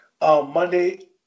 Monday